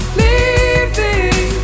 leaving